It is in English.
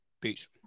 Peace